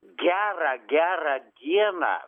gerą gerą dieną